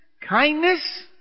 kindness